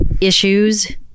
issues